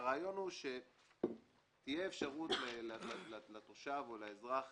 הרעיון הוא שתהיה אפשרות לתושב או לאזרח